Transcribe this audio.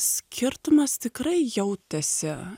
skirtumas tikrai jautėsi